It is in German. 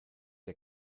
der